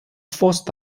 forced